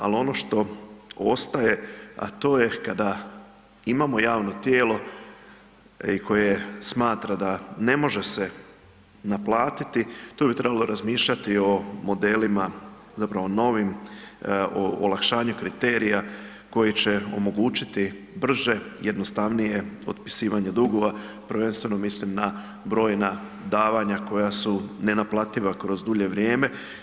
Al ono što ostaje, a to je kada imamo javno tijelo i koje smatra da ne može se naplatiti, tu bi trebalo razmišljati o modelima, zapravo novim, o olakšanju kriterija koji će omogućiti brže i jednostavnije otpisivanje dugova, prvenstveno mislim na brojna davanja koja su nenaplativa kroz dulje vrijeme.